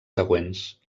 següents